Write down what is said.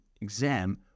exam